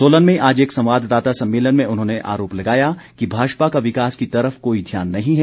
सोलन में आज एक संवाददाता सम्मेलन में उन्होंने आरोप लगाया कि भाजपा का विकास की तरफ कोई ध्यान नही है